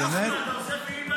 הכנסת אדלשטין.